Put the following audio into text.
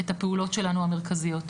את הפעולות שלנו המרכזיות.